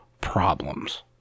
problems